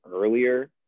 earlier